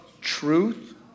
truth